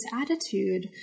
attitude